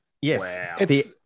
Yes